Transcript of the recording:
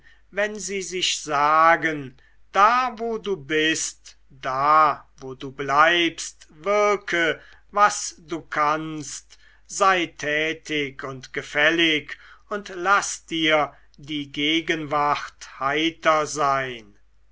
wenn sie sich sagen da wo du bist da wo du bleibst wirke was du kannst sei tätig und gefällig und laß dir die gegenwart heiter sein